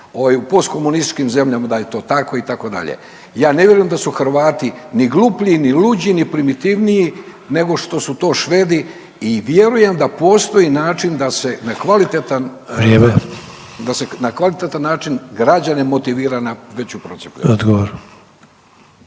u post komunističkim zemljama da je to tako itd. Ja ne vjerujem da su Hrvati ni gluplji, ni luđi, ni primitivniji nego što su to Švedi i vjerujem da postoji način da se na kvalitetan način građane motivira na veću procijepljenost.